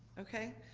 okay?